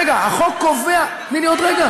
רגע, החוק קובע, תני לי עוד רגע.